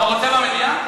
אתה רוצה במליאה?